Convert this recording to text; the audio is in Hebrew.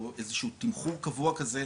או איזה שהוא תמחור קבוע כזה,